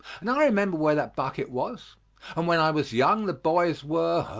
and i remember where that bucket was and when i was young the boys were, oh,